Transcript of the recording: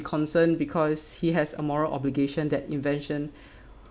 concerned because he has a moral obligation that invention